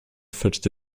fetched